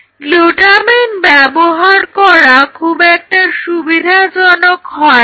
glutamine ব্যবহার করা খুব একটা সুবিধাজনক হয়না